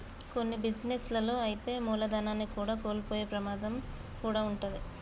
కొన్ని బిజినెస్ లలో అయితే మూలధనాన్ని కూడా కోల్పోయే ప్రమాదం కూడా వుంటది